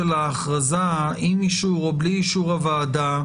ההכרזה אם אישור או בלי אישור הוועדה,